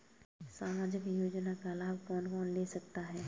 सामाजिक योजना का लाभ कौन कौन ले सकता है?